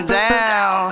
down